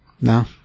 No